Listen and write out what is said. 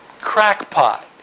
crackpot